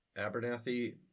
Abernathy